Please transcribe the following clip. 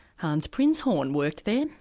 hans prinzhorn worked there,